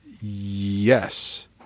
Yes